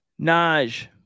Naj